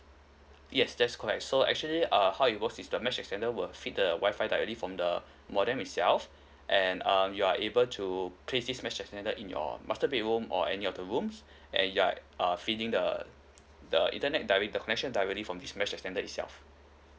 yes that's correct so actually err how it works is the mesh extender will feed the Wi-Fi directly from the modem itself and um you are able to trace this mesh extender in your master bedroom or any of the rooms and you are err feeding the the internet dire~ the connection directly from this mesh extender itself